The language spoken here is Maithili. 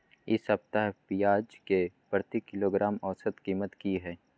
इ सप्ताह पियाज के प्रति किलोग्राम औसत कीमत की हय?